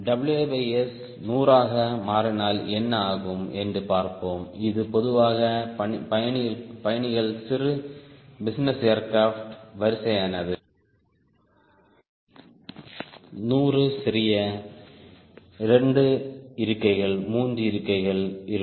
WS 100 ஆக மாறினால் என்ன ஆகும் என்று பார்ப்போம் இது பொதுவாக பயணிகள் சிறு பிசினஸ் ஏர்கிராப்ட் வரிசையானது நூறு சிறிய 2 இருக்கைகள் 3 இருக்கைகள் இருக்கும்